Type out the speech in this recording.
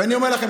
ואני אומר לכם,